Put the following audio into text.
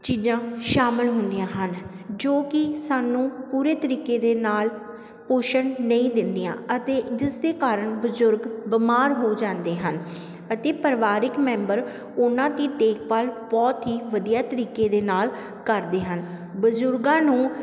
ਚੀਜ਼ਾਂ ਸ਼ਾਮਿਲ ਹੁੰਦੀਆਂ ਹਨ ਜੋ ਕਿ ਸਾਨੂੰ ਪੂਰੇ ਤਰੀਕੇ ਦੇ ਨਾਲ ਪੋਸ਼ਣ ਨਹੀਂ ਦਿੰਦੀਆਂ ਅਤੇ ਜਿਸ ਦੇ ਕਾਰਨ ਬਜ਼ੁਰਗ ਬਿਮਾਰ ਹੋ ਜਾਂਦੇ ਹਨ ਅਤੇ ਪਰਿਵਾਰਕ ਮੈਂਬਰ ਉਹਨਾਂ ਦੀ ਦੇਖਭਾਲ ਬਹੁਤ ਹੀ ਵਧੀਆ ਤਰੀਕੇ ਦੇ ਨਾਲ ਕਰਦੇ ਹਨ ਬਜ਼ੁਰਗਾਂ ਨੂੰ